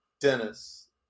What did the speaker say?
Dennis